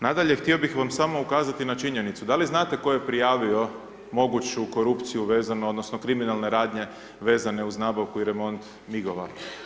Nadalje, htio bih vam samo ukazati na činjenicu, da li znate tko je prijavio moguću korupciju vezano, odnosno kriminalne radnje vezane uz nabavku i remont migova?